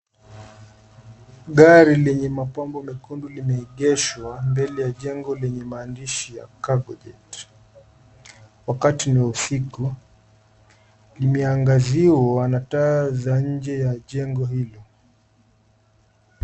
Gari lenye mapambo mekundu limeegeshwa mbele ya jengo lenye maandishi ya Cargojet . Wakati ni usiku, limeangaziwa na taa za nje za jengo hili.